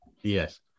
yes